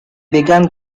began